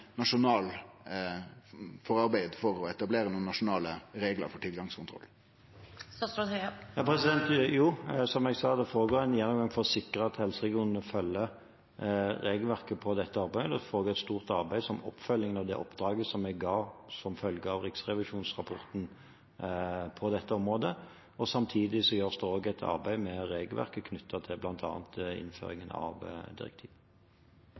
Jo, som jeg sa: Det foregår en gjennomgang for å sikre at helseregionene følger regelverket på dette området, og det foregår et stort arbeid som oppfølging av det oppdraget vi ga som følge av riksrevisjonsrapporten på dette området. Samtidig gjøres det også et arbeid med regelverket knyttet til bl.a. innføringen av direktivet.